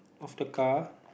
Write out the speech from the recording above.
of the car